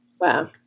Wow